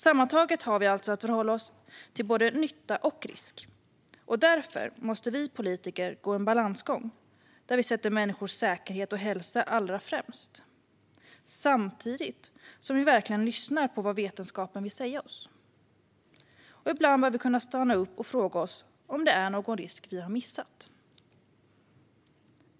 Sammantaget har vi alltså att förhålla oss till både nytta och risk, och därför måste vi politiker gå en balansgång där vi sätter människors säkerhet och hälsa allra främst samtidigt som vi verkligen lyssnar på vad vetenskapen vill säga oss. Ibland bör vi stanna upp och fråga oss om det är någon risk vi har missat.